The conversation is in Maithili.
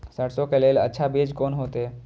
सरसों के लेल अच्छा बीज कोन होते?